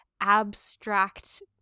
abstract